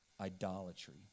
idolatry